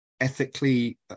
ethically